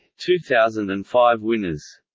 two thousand and five winners